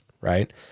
right